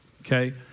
okay